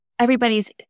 Everybody's